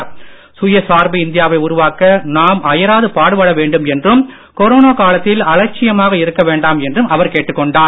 மேலும் சுயசார்பு இந்தியாவை உருவாக்க நாம் அயராது பாடுபட வேண்டும் என்றும் கொரோனா காலத்தில் அலட்சியமாக இருக்க வேண்டாம் என்றும் அவர் கேட்டுக் கொண்டார்